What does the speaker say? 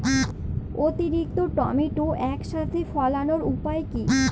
অতিরিক্ত টমেটো একসাথে ফলানোর উপায় কী?